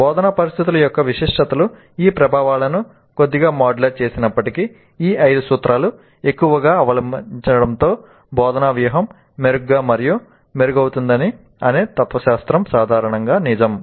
బోధనా పరిస్థితుల యొక్క విశిష్టతలు ఈ ప్రభావాలను కొద్దిగా మాడ్యులేట్ చేసినప్పటికీ ఈ ఐదు సూత్రాలలో ఎక్కువ అవలంబించడంతో బోధనా వ్యూహం మెరుగ్గా మరియు మెరుగవుతుంది అనే ఈ తత్వశాస్త్రం సాధారణంగా నిజం